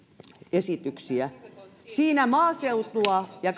esityksiä siinä maaseutua ja